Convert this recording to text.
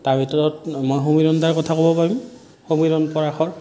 তাৰ ভিতৰত মই সমীৰণ দাৰ কথা ক'ব পাৰোঁ সমীৰণ পৰাশৰ